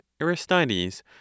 Aristides